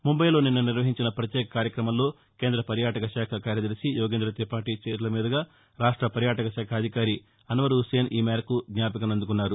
ముంబయిలో నిన్న నిర్వహించిన పత్యేక కార్యక్రమంలో కేంద్ర పర్యాటక శాఖ కార్యదర్శి యోగేంద్ర తిపాఠి చేతుల మీదుగా రాష్ట పర్యాటక శాఖ అధికారి అస్వర్ హుస్పేన్ ఈ మేరకు జ్ఞాపికసు అందుకున్నారు